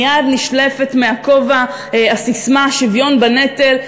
מייד נשלפת מהכובע הססמה "שוויון בנטל".